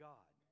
God